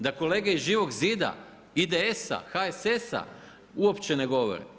Da kolege iz Živog zida, IDS-a, HSS-a uopće ne govore?